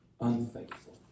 unfaithful